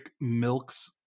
milks